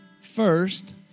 first